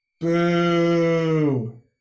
Boo